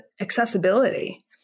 accessibility